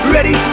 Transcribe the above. Ready